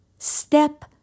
Step